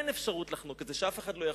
אין אפשרות לחנוק את זה, שאף אחד לא יחלום.